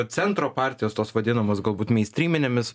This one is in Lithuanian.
centro partijos tos vadinamos galbūt mainstryminėmis